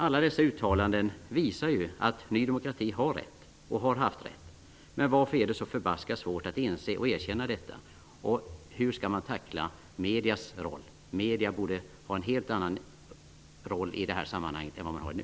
Alla dessa uttalanden visar ju att Ny demokrati har rätt. Men varför är det så förbaskat svårt att inse och erkänna detta? Och hur skall man tackla medias roll? Media borde ha en helt annan roll i det här sammanhanget än man har nu.